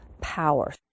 power